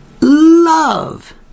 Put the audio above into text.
Love